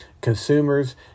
Consumers